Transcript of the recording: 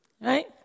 right